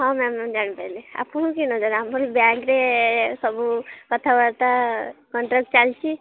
ହଁ ମ୍ୟାମ୍ ମୁଁ ଜାଣିପାଇଲି ଆପଣଙ୍କୁ କିଏ ନଜାଣେ ଆମର ବ୍ୟାଙ୍କ୍ରେ ସବୁ କଥାବାର୍ତ୍ତା କଣ୍ଟାକ୍ଟ୍ ଚାଲିଛି